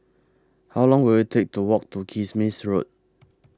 How Long Will IT Take to Walk to Kismis Road